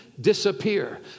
disappear